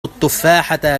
التفاحة